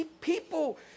people